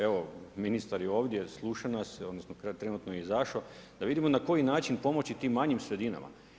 Evo, ministar je ovdje, sluša nas, sada je trenutno izašao da vidimo na koji način pomoći tim manjim sredinama.